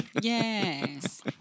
Yes